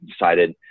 decided